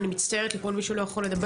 אני מצטערת בפני מי שלא דיבר,